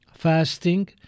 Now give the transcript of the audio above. Fasting